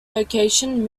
location